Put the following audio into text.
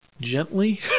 gently